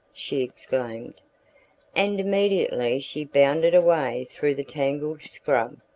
she exclaimed and immediately she bounded away through the tangled scrub,